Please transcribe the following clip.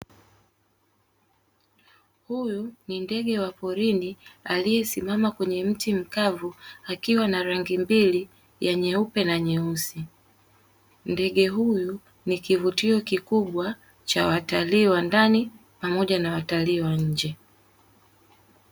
Huyu ni ndege wa porini, aliyesimama kwenye mti mkavu, akiwa na rangi mbili ya nyeupe na nyeusi. Ndege huyu ni kivutio kikubwa cha watalii wa ndani pamoja na watalii wa nje.